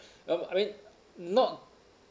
um I mean not